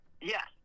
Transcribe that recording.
Yes